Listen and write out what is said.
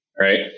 right